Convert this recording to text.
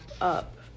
up